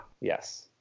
yes